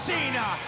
Cena